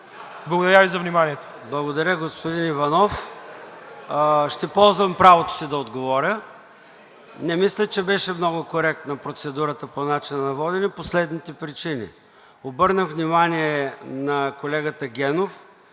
ПРЕДСЕДАТЕЛ ЙОРДАН ЦОНЕВ: Благодаря, господин Иванов. Ще ползвам правото си да отговоря. Не мисля, че беше много коректна процедурата по начина на водене по следните причини: обърнах внимание на колегата Генов